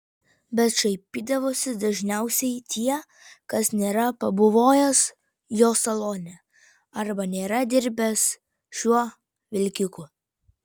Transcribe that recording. bet šaipydavosi dažniausiai tie kas nėra pabuvojęs jo salone arba nėra dirbęs šiuo vilkiku